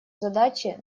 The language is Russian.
задачи